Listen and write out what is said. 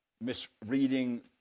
misreading